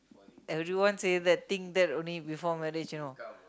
everyone say they think that only before marriage you know